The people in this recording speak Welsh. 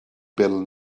bil